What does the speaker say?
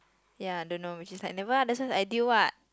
ya I don't know which is like never that's why it's ideal [what]